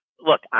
Look